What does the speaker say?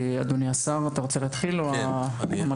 אדוני השר, אתה רוצה להתחיל או המנכ"ל?